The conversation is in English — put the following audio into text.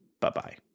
Bye-bye